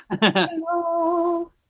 Hello